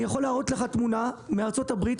אני יכול להראות לך תמונה מארצות הברית,